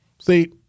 See